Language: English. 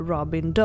Robin